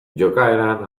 jokaeran